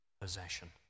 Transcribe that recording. possession